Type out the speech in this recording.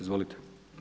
Izvolite!